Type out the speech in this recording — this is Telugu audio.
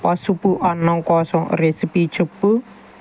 పసుపు అన్నం కోసం రెసిపీ చెప్పు